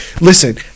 Listen